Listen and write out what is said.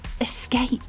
escape